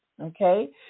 okay